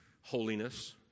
holiness